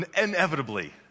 inevitably